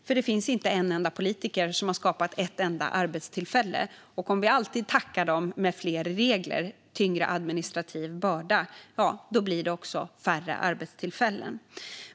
Det finns nämligen inte en enda politiker som har skapat ett enda arbetstillfälle. Om vi alltid tackar företagarna med fler regler och en tyngre administrativ börda blir det också färre arbetstillfällen.